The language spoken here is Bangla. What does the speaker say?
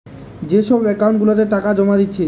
যে সব একাউন্ট গুলাতে টাকা জোমা দিচ্ছে